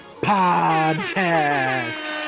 podcast